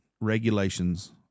regulations